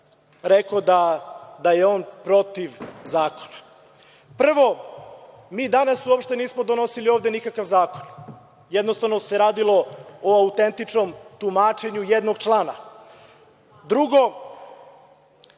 rekao da je on protiv zakona. Prvo, mi danas uopšte nismo donosili ovde nikakav zakon, jednostavno se radilo o autentičnom tumačenju jednog člana. Drugo,